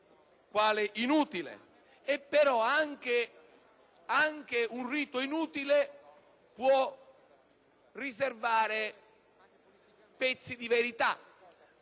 come inutile. Però anche un rito inutile può riservare pezzi di verità.